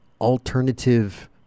alternative